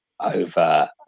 over